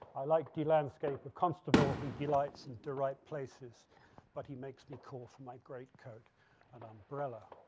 i like the landscape of constable. he delights in the right places but he makes me call for my great coat and umbrella.